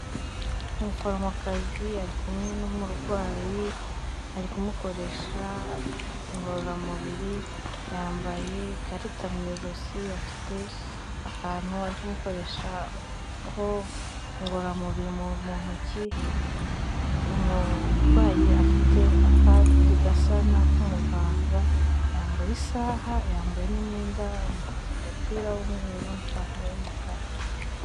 Umuforomokazi ari kumwe n'umurwayi ari kumukoresha ingororamubiri, yambaye ikarita mu ijosi, afite akantu ari gukoreshaho ingororamubiri. Mu ntoki umurwayi afite akandi gasa nak'umuganga yambaye isaha, yambaye n'imyenda umupira w'umweru n'ipantaro y'umukara.